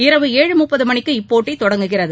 இரவு ஏழு முப்பது மணிக்கு இப்போட்டி தொடங்குகிறது